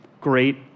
Great